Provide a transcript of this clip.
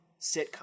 sitcom